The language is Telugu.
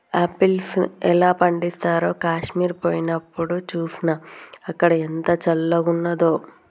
ఆపిల్స్ ఎలా పండిస్తారో కాశ్మీర్ పోయినప్డు చూస్నా, అక్కడ ఎంత చల్లంగున్నాదో